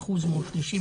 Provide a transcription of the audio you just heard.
מסלול רגיל,